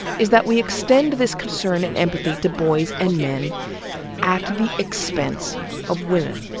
is that we extend this concern and empathy to boys and men at the expense of women.